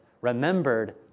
remembered